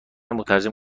مترجم